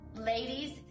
Ladies